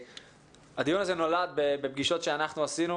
הדיון הזה נולד בפגישות שאנחנו עשינו